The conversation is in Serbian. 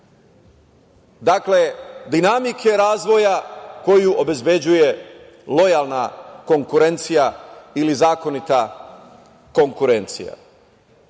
dinamike razvoja koju obezbeđuje lojalna konkurencija ili zakonita konkurencija.